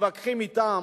מתווכחים אתם,